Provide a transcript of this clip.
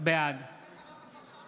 בעד